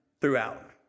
throughout